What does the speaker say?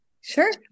Sure